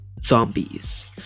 Zombies